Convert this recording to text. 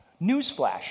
Newsflash